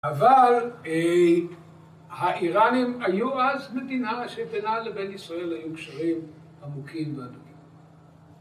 ‫אבל האיראנים היו אז מדינה ‫שבינה לבין ישראל ‫היו קשרים עמוקים ואדומים.